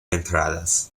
entradas